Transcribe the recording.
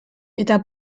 eta